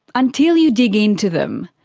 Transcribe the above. until you dig into them.